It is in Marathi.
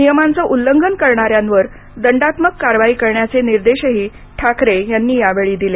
नियमांचं उल्लंघन करणाऱ्यांवर दंडात्मक कारवाई करण्याचे निर्देशही ठाकरे यांनी यावेळी दिले